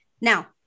Now